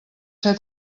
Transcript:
ser